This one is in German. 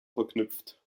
verknüpft